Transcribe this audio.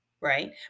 right